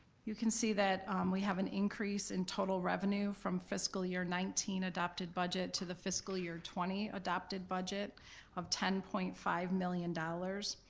you can see that we have an increase in total revenue from fiscal year nineteen adopted budget to the fiscal year twenty adopted budget of ten point five million dollars.